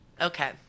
Okay